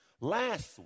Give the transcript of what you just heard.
Last